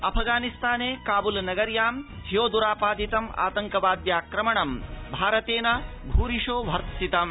अफगानिस्ताने काबुल नगर्यां ह्यो द्रापादितम् आतंकवाद्याक्रमण भारतेन भूरिशो भर्त्सितम्